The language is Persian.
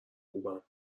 خوبم